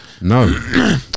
No